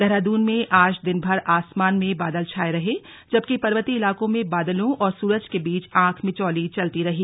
देहरादून में आज दिनभर आसमान में बादल छाए रहे जबकि पर्वतीय इलाकों में बादलों और सूरज के बीच आंख मिचौली चलती रही